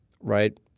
right